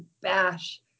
bash